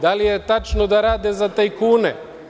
Da li je tačno da rade za tajkune?